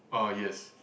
uh yes